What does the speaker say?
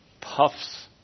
puffs